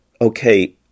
okay